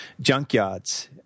junkyards